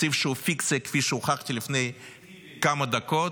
תקציב שהוא פיקציה, כפי שהוכחתי לפני כמה דקות.